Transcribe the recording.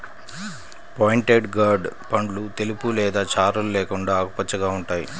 pointed gourd పండ్లు తెలుపు లేదా చారలు లేకుండా ఆకుపచ్చగా ఉంటాయి